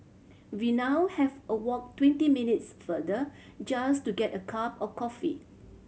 we now have a walk twenty minutes farther just to get a cup of coffee